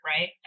right